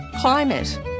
climate